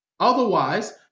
Otherwise